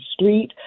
street